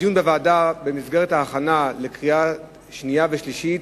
הדיון בוועדה במסגרת ההכנה לקריאה שנייה ושלישית